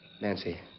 Nancy